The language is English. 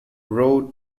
wrote